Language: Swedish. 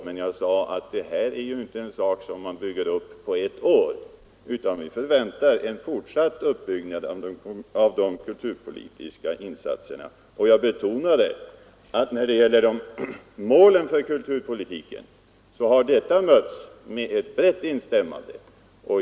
Men jag sade också att det här inte är något som man bygger upp på ett år, utan att vi förväntar en fortsatt uppbyggnad av de kulturpolitiska insatserna. Jag betonade att när det gäller målen för kulturpolitiken har detta mötts med ett brett intresse.